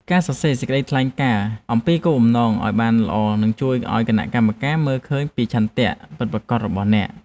ការសរសេរសេចក្តីថ្លែងការណ៍អំពីគោលបំណងឱ្យបានល្អនឹងជួយឱ្យគណៈកម្មការមើលឃើញពីឆន្ទៈពិតប្រាកដរបស់អ្នក។